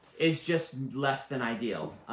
is just less than ideal.